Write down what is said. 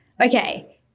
Okay